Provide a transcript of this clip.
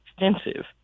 extensive